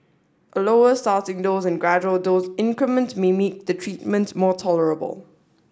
a lower starting dose and gradual dose increment may meet the treatment more tolerable